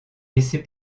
laissez